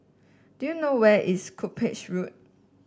do you know where is Cuppage Road